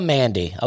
Mandy